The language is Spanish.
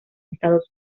estados